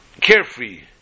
carefree